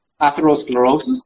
atherosclerosis